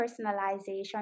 personalization